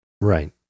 Right